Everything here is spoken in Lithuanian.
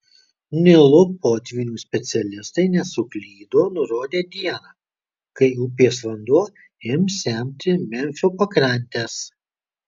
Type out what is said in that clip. nilo potvynių specialistai nesuklydo nurodę dieną kai upės vanduo ims semti memfio pakrantes